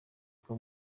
uko